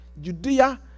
Judea